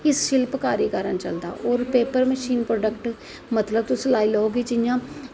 इस शिल्पकारी कारन चलदा और पेपर मशीन प्रोडक्ट मतलव तुस लाई लैओ कि जियां